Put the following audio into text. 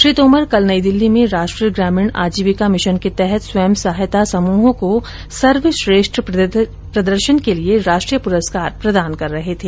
श्री तोमर कल नई दिल्ली में राष्ट्रीय ग्रामीण आजीविका मिशन के तहत स्वयं सहायता समूहों को सर्वश्रेष्ठ प्रदर्शन के लिए राष्ट्रीय पुरस्कार प्रदान कर रहे थे